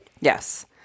Yes